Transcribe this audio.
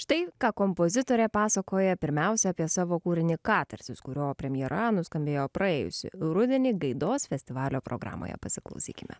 štai ką kompozitorė pasakoja pirmiausia apie savo kūrinį katarsis kurio premjera nuskambėjo praėjusį rudenį gaidos festivalio programoje pasiklausykime